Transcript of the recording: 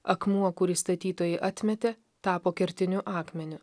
akmuo kurį statytojai atmetė tapo kertiniu akmeniu